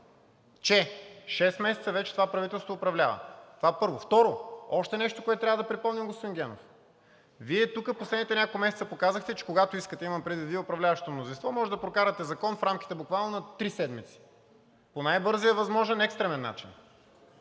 шест месеца вече това правителство управлява – това първо. Второ, още нещо, което трябва да припомним, господин Генов. Вие тук последните няколко месеца показахте, че когато искате, имам предвид Вие – управляващото мнозинство, можете да прокарате закон в рамките буквално на три седмици, по най-бързия възможен екстремен начин.